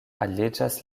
aliĝas